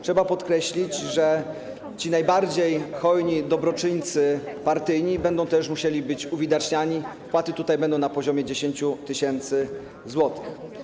Trzeba podkreślić, że ci najbardziej hojni dobroczyńcy partyjni będą też musieli być uwidaczniani, wpłaty tutaj będą na poziomie 10 tys. zł.